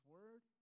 Word